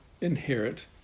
inherit